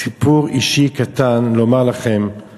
סיפור אישי קטן לספר לכם על